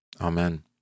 Amen